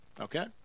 okay